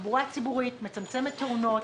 תחבורה ציבורית מצמצמת תאונות,